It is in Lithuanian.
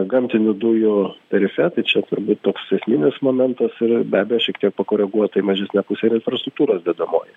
gamtinių dujų tarife tai čia turbūt toks esminis momentas ir be abejo šiek tiek pakoreguota į mažesnę pusę ir infrastruktūros dedamoji